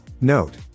Note